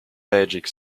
magic